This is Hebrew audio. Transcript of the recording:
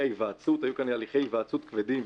ההיוועצות היו כאן הליכי היוועצות כבדים,